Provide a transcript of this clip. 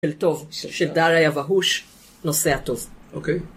של טוב, של דאריה ואהוש נושא הטוב.